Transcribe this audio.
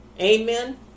amen